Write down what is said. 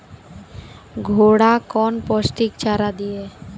घोड़ा कौन पोस्टिक चारा दिए?